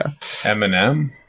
Eminem